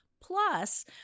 Plus